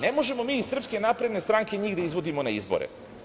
Ne možemo mi iz Srpske napredne stranke njih da izvodimo na izbore.